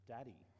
Daddy